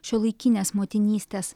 šiuolaikinės motinystės